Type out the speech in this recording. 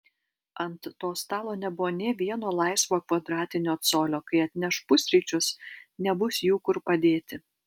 ant to stalo nebuvo nė vieno laisvo kvadratinio colio kai atneš pusryčius nebus jų kur padėti